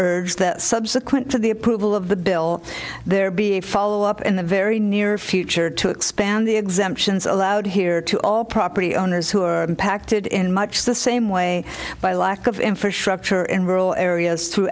urge that subsequent to the approval of the bill there be a follow up in the very near future to expand the exemptions allowed here to all property owners who are impacted in much the same way by lack of infrastructure in rural areas